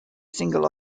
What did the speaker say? single